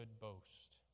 boast